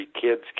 kids